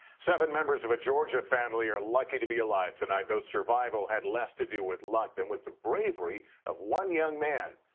seven members of a georgia family are lucky to be alive tonight though survival had less to do with luck than with the bravery of one young man.